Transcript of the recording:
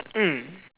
mm